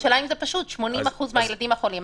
בירושלים זה פשוט: 80% מן הילדים החולים,